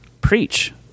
preach